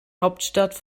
hauptstadt